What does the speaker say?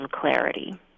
clarity